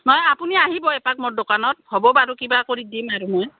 নহয় আপুনি আহিব এপাক মোৰ দোকানত হ'ব বাৰু কিবা কৰি দিম আৰু মই